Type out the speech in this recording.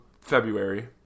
February